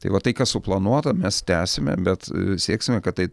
tai va tai kas suplanuota mes tęsime bet sieksime kad tai